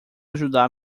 ajudar